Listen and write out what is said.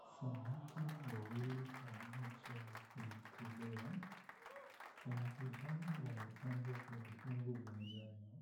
Samaki wawili waliochoma kwenye chelewa. Samaki hawa wamepambwa kwa viungo vya njano